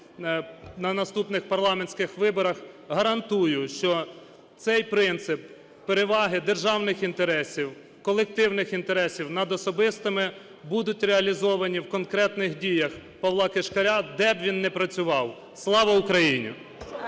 на наступних парламентських виборах, гарантую, що цей принцип переваги державних інтересів, колективних інтересів над особистими будуть реалізовані в конкретних діях Павла Кишкаря, де б він не працював. Слава Україні!